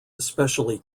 especially